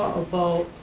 about,